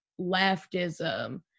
leftism